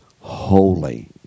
Holy